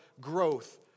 growth